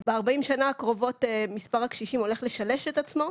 ב-40 השנים הקרובות מספר הקשישים הולך לשלש את עצמו,